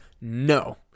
no